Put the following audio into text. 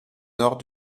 nord